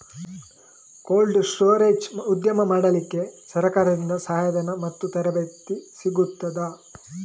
Cold storage ಉದ್ಯಮ ಮಾಡಲಿಕ್ಕೆ ಸರಕಾರದಿಂದ ಸಹಾಯ ಧನ ಮತ್ತು ತರಬೇತಿ ಸಿಗುತ್ತದಾ?